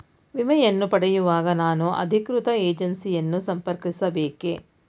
ವಿಮೆಯನ್ನು ಪಡೆಯುವಾಗ ನಾನು ಅಧಿಕೃತ ಏಜೆನ್ಸಿ ಯನ್ನು ಸಂಪರ್ಕಿಸ ಬೇಕೇ?